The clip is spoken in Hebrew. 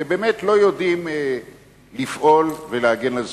שבאמת לא יודעים לפעול ולהגן על זכויותיהם.